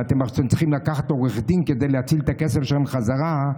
ואתם צריכים לקחת עורך דין כדי להציל את הכסף שלכם חזרה,